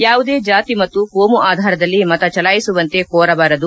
ಯಾವುದೇ ಜಾತಿ ಮತ್ತು ಕೋಮು ಆಧಾರದಲ್ಲಿ ಮತ ಚಲಾಯಿಸುವಂತೆ ಕೋರಬಾರದು